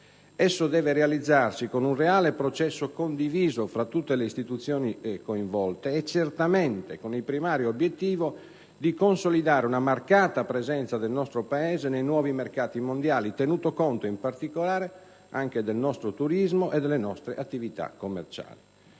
Esso deve realizzarsi con un reale processo condiviso tra tutte le istituzioni coinvolte e, certamente, con il primario obiettivo di consolidare una marcata presenza del nostro Paese nei nuovi mercati mondiali, tenuto conto, in particolare, anche del nostro turismo e delle nostre attività commerciali.